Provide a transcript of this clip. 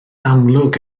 amlwg